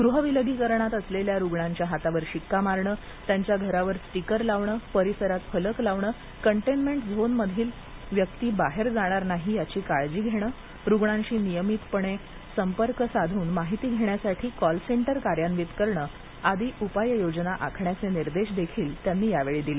गृहविलगीकरणात असलेल्या रुग्णांच्या हातावर शिक्का मारणे त्यांच्या घरावर स्टीकर लावणे परिसरात फलक लावणे कंटेन्मेंट झोनमध्ये बाहेरील व्यक्ती जाणार नाही याची काळजी घेणे रुग्णांशी नियमितपणे संपर्क साधून माहिती घेण्यासाठी कॉलसेंटर कार्यान्वित करणे आदी उपाययोजना आखण्याचे निर्देश देखील त्यांनी यावेळी दिले